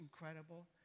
incredible